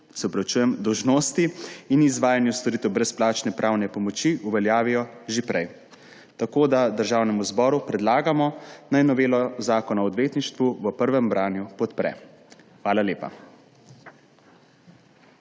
po uradni dolžnosti in izvajanju storitev brezplačne pravne pomoči, uveljavijo že prej. Tako da Državnemu zboru predlagamo, naj novelo Zakona o odvetništvu v prvem branju podpre. Hvala lepa.